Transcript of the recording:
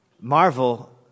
marvel